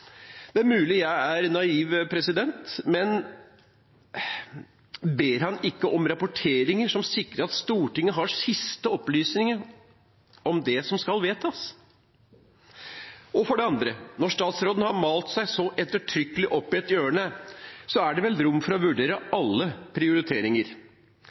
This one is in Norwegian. Det er mulig jeg er naiv, men ber han ikke om rapporteringer som sikrer at Stortinget har de siste opplysningene om det som skal vedtas? For det andre: Når statsråden har malt seg selv så ettertrykkelig inn i et hjørne, er det vel rom for å vurdere